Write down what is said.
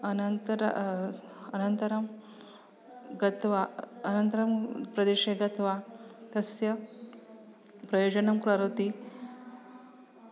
अनन्तरं अनन्तरं गत्वा अनन्तरं प्रदेशे गत्वा तस्य प्रयोजनं करोति